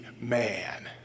man